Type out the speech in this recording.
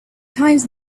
times